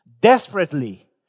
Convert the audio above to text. desperately